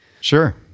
sure